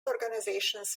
organizations